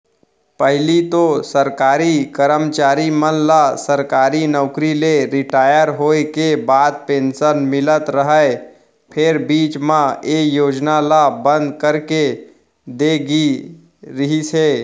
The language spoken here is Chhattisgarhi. पहिली तो सरकारी करमचारी मन ल सरकारी नउकरी ले रिटायर होय के बाद पेंसन मिलत रहय फेर बीच म ए योजना ल बंद करे दे गे रिहिस हे